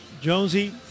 Jonesy